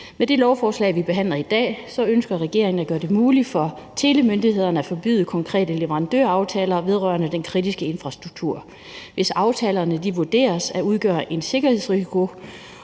Med det lovforslag, vi behandler i dag, ønsker regeringen at gøre det muligt for telemyndighederne at forbyde konkrete leverandøraftaler vedrørende den kritiske infrastruktur, hvis aftalerne vurderes at udgøre en sikkerhedsrisiko.